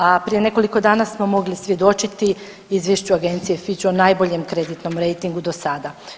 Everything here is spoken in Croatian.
A prije nekoliko dana smo mogli svjedočiti Izvješću Agencije Fitch o najboljem kreditnom rejtingu do sada.